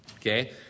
Okay